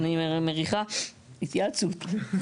אני מריחה התייעצות.